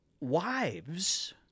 wives